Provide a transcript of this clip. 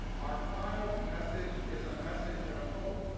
our final message is a message of hope.